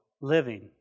living